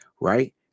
right